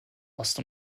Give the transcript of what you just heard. ost